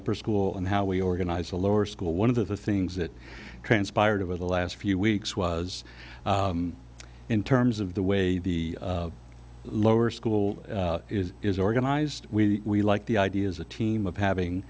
upper school and how we organize a lower school one of the things that transpired over the last few weeks was in terms of the way the lower school is organized we liked the idea as a team of having